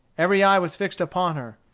every eye was fixed upon her.